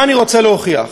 מה אני רוצה להוכיח?